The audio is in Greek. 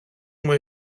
μου